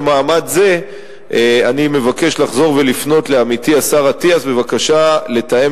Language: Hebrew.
במעמד זה אני מבקש לחזור ולפנות אל עמיתי השר אטיאס בבקשה לתאם